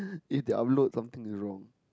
if they upload something is wrong